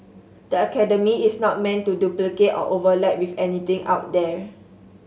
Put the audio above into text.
the academy is not meant to duplicate or overlap with anything out there